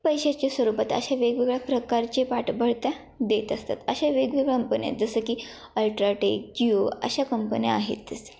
पैशाची सुरुवात अशा वेगवेगळ्या प्रकारचे पाठबळ त्या देत असतात अशा वेगवेगळ्या कंपन्या आहेत जसं की अल्ट्राटेक जिओ अशा कंपन्या आहेतच